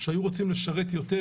שהיו רוצים לשרת יותר,